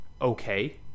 okay